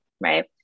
right